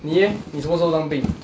你 eh 你什么时候当兵